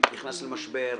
נכנס למשבר,